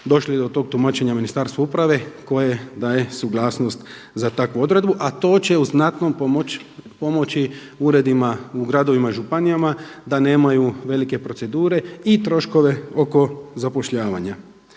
došli do tog tumačenja Ministarstva uprave koje daje suglasnost za takvu odredbu, a to će u znatnom pomoći uredima u gradovima i županijama da nemaju velike procedure i troškove oko zapošljavanja.